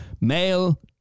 male